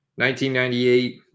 1998